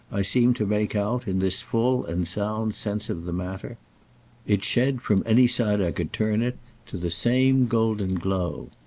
i seem to make out, in this full and sound sense of the matter it shed from any side i could turn it to the same golden glow.